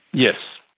yes.